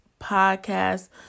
Podcast